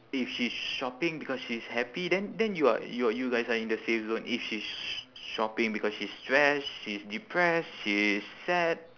if she's shopping because she's happy then then you are you are you guys are in the safe zone if she's shopping because she's stressed she's depressed she is sad